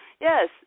Yes